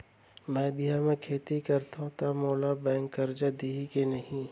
मैं अधिया म खेती करथंव त मोला बैंक करजा दिही के नही?